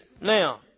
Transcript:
Now